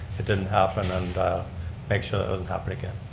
it didn't happen and make sure it doesn't happen again.